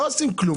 לא עושים כלום,